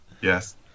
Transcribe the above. Yes